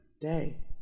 day